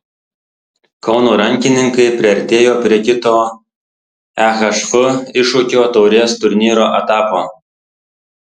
kauno rankininkai priartėjo prie kito ehf iššūkio taurės turnyro etapo